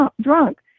drunk